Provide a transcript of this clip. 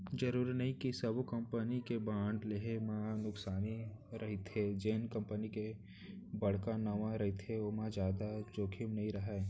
जरूरी नइये कि सब्बो कंपनी के बांड लेहे म नुकसानी हरेथे, जेन कंपनी के बड़का नांव रहिथे ओमा जादा जोखिम नइ राहय